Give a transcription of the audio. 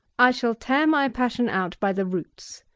i shall tear my passion out by the roots.